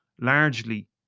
largely